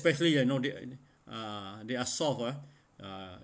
especially you know they uh they are soft uh